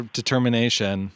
determination